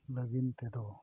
ᱞᱟᱹᱜᱤᱫ ᱛᱮᱫᱚ